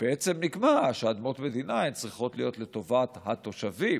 נקבע שאדמות מדינה צריכות להיות לטובת התושבים,